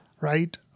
right